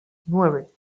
nueve